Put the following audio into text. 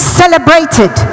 celebrated